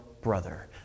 brother